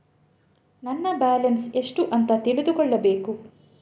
ನನ್ನ ಬ್ಯಾಲೆನ್ಸ್ ಎಷ್ಟು ಅಂತ ತಿಳಿದುಕೊಳ್ಳಬೇಕು?